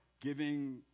giving